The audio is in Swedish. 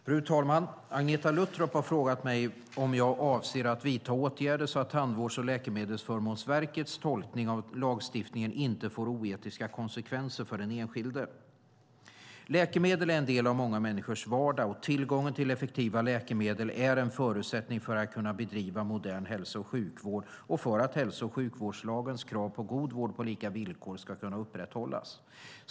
Fru talman! Agneta Luttropp har frågat mig om jag avser att vidta åtgärder så att Tandvårds och läkemedelsförmånsverkets tolkning av lagstiftningen inte får oetiska konsekvenser för den enskilde. Läkemedel är en del av många människors vardag, och tillgången till effektiva läkemedel är en förutsättning för att kunna bedriva modern hälso och sjukvård och för att hälso och sjukvårdslagens krav på god vård på lika villkor ska kunna upprätthållas.